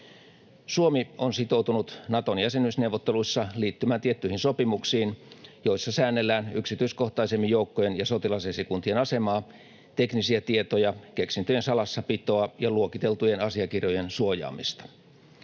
Suomi on sitoutunut Naton jäsenyysneuvotteluissa liittymään tiettyihin sopimuksiin, joissa säännellään yksityiskohtaisemmin joukkojen ja sotilasesikuntien asemaa, teknisiä tietoja, keksintöjen salassapitoa ja luokiteltujen asiakirjojen suojaamista.